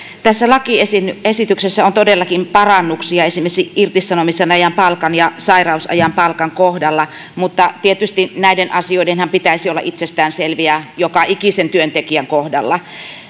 tässä lakiesityksessä on todellakin parannuksia esimerkiksi irtisanomisajan palkan ja sairausajan palkan kohdalla mutta tietysti näiden asioidenhan pitäisi olla itsestäänselviä joka ikisen työntekijän kohdalla